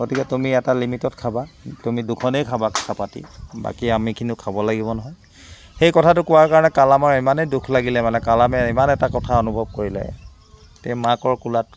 গতিকে তুমি এটা লিমিটত খাবা তুমি দুখনেই খাবা চাপাটি বাকী আমিখিনিও খাব লাগিব নহয় সেই কথাটো কোৱাৰ কাৰণে কালামৰ ইমানেই দুখ লাগিলে মানে কালামে ইমান এটা কথা অনুভৱ কৰিলে তে মাকৰ কোলাত